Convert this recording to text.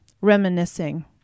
reminiscing